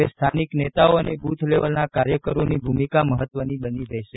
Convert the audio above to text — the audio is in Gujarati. હવે સ્થાનિક નેતાઓ અને બુથ લેવલના કાર્યકરોની ભૂમિકા મહત્વની બની રહેશે